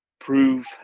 Prove